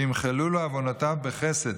ויימחלו לו עוונותיו בחסד,